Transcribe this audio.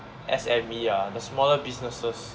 S_M_E ah the smaller businesses